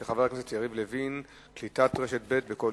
של חבר הכנסת יריב לוין: קליטת "קול ישראל"